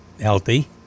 healthy